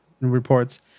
reports